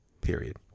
Period